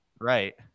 Right